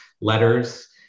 letters